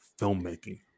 filmmaking